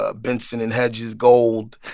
ah benson and hedges gold.